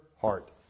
heart